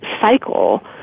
cycle